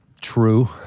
true